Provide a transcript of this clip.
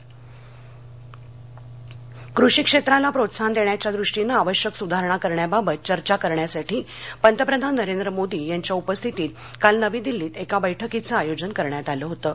पंतप्रधान कृषी क्षेत्राला प्रोत्साहन देण्याच्या दृष्टीनं आवश्यक सुधारणा करण्याबाबत चर्चा करण्यासाठी पंतप्रधान नरेंद्र मोदी यांच्या उपस्थितीत काल नवी दिल्लीत एका बैठकीचं आयोजन करण्यात आलं होतं